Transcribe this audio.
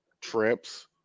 trips